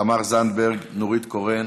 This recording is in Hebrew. תמר זנדברג, נורית קורן,